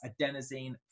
adenosine